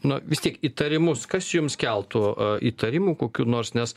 nu vis tiek įtarimus kas jums keltų įtarimų kokių nors nes